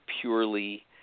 purely